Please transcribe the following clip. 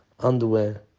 underwear